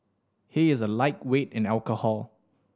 he is a lightweight in alcohol